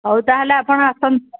ହଉ ତା'ହେଲେ ଆପଣ ଆସନ୍ତୁ